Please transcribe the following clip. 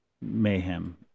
mayhem